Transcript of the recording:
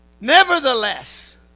Nevertheless